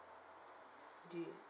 do you